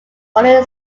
only